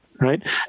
right